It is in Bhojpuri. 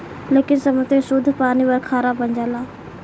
लेकिन समुंद्र के सुद्ध पानी खारा बन जाला